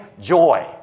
joy